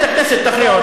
בוועדת הכנסת יכריעו.